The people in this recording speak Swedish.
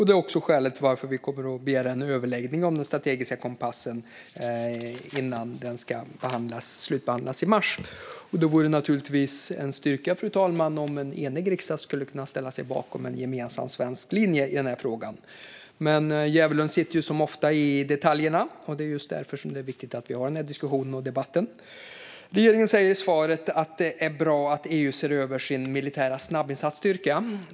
Det är också skälet till att vi kommer att begära en överläggning om den strategiska kompassen innan den ska slutbehandlas i mars. Det vore naturligtvis en styrka, fru talman, om en enig riksdag skulle kunna ställa sig bakom en gemensam svensk linje i den här frågan. Men djävulen sitter som ofta i detaljerna. Det är just därför det är viktigt att vi har den här diskussionen och debatten. Regeringen säger i svaret att det är bra att EU ser över sin militära snabbinsatsstyrka.